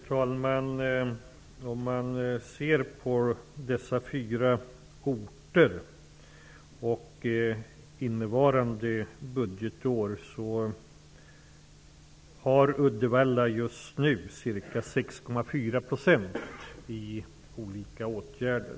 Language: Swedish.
Fru talman! I Uddevalla finns just nu 6,4 % i olika åtgärder.